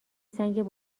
سنگ